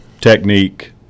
technique